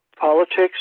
politics